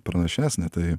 pranašesnė tai